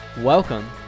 welcome